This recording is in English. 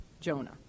Jonah